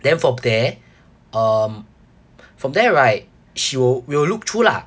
then from there um from there right she will will look through lah